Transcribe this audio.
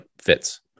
fits